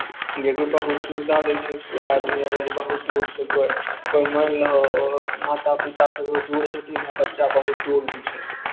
जे कि बहुत सुविधा दै छै कोइ आदमी अगर जे बहुत दूर छिकै कोइ मानि लहो माता पिता ककरो दूर छथिन आ बच्चा बहुत दूर छै